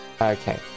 Okay